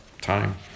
time